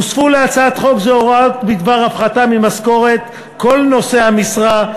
הוספו להצעת חוק זו הוראות בדבר הפחתה ממשכורת כל נושאי המשרה,